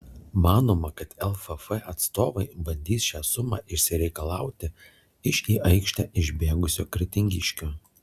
manoma kad lff atstovai bandys šią sumą išsireikalauti iš į aikštę išbėgusio kretingiškio